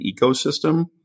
ecosystem